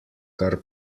kar